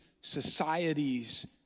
societies